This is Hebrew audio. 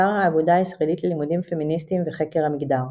אתר האגודה הישראלית ללימודים פמיניסטיים וחקר המגדר.